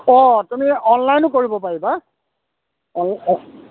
অঁ তুমি অনলাইনো কৰিব পাৰিবা